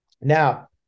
Now